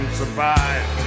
survive